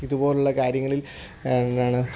ഇതുപോലെയുള്ള കാര്യങ്ങളിൽ എന്താണ്